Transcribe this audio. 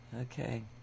Okay